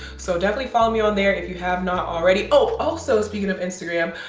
so definitely follow me on there if you have not already. oh, also speaking of instagram,